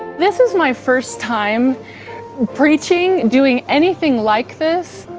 this is my first time preaching, doing anything like this.